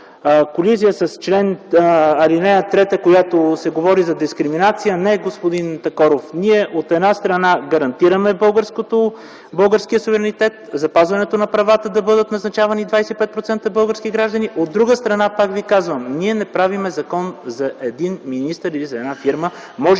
колизия с ал. 3, в която се говори за дискриминация, не е така. От една страна ние гарантираме българския суверенитет, запазването на правата 25% да бъдат назначавани български граждани. От друга страна, пак повтарям, ние не правим закон за един министър или за една фирма.